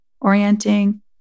orienting